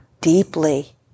deeply